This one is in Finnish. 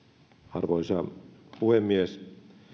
arvoisa puhemies